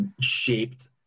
shaped